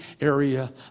area